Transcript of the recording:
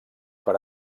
per